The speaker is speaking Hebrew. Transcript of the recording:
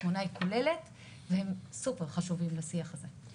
התמונה היא כוללת והם סופר חשובים לשיח הזה.